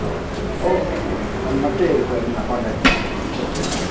ಹೌದಾ ಓಕೆ ಹಾಗಿದ್ರೆ ನಾನು ಮತ್ತೆ ಕ ನಿಮ್ಮನ್ನ ಕಾಂಟೆಕ್ಟ್ ಮಾಡ್ತೀನಿ ಚರ್ಚೆ ಮಾಡಿ